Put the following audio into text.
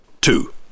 Two